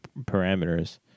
parameters